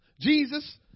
Jesus